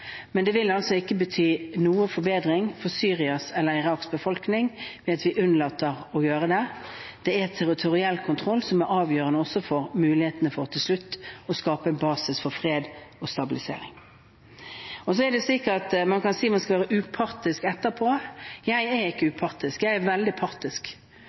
men det vil ikke bety noen forbedring for Syrias eller Iraks befolkning at vi unnlater å gjøre det. Det er territoriell kontroll som er avgjørende også for mulighetene for til slutt å skape en basis for fred og stabilisering. Så kan man si at man skal være upartisk etterpå. Jeg er ikke upartisk. Jeg er veldig